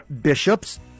bishops